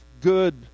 good